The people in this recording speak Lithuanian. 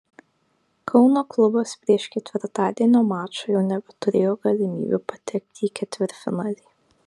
kauno klubas prieš ketvirtadienio mačą jau nebeturėjo galimybių patekti į ketvirtfinalį